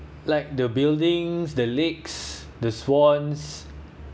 like the buildings the lakes the swans